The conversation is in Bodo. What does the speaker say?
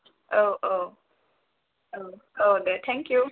औ औ औ दे थेंक इउ